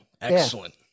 Excellent